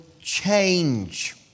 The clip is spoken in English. change